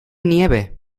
nieve